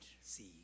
see